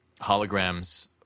holograms